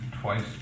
twice